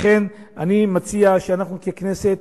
לכן אני מציע שאנחנו, ככנסת,